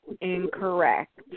incorrect